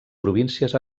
províncies